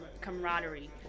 camaraderie